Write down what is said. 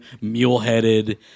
mule-headed